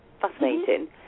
fascinating